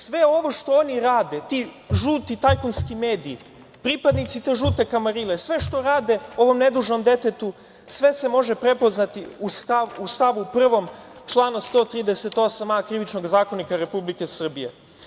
Sve ovo što oni rade, ti žuti tajkunski mediji, pripadnici te žute kamarile, sve što rade ovom nedužnom detetu, sve se može prepoznati u stavu 1. člana 138a Krivičnog zakonika Republike Srbije.